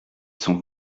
son